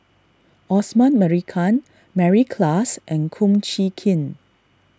Osman Merican Mary Klass and Kum Chee Kin